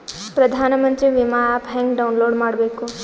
ಪ್ರಧಾನಮಂತ್ರಿ ವಿಮಾ ಆ್ಯಪ್ ಹೆಂಗ ಡೌನ್ಲೋಡ್ ಮಾಡಬೇಕು?